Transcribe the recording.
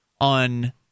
on—